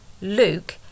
Luke